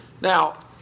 Now